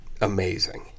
Amazing